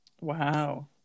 wow